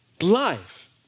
life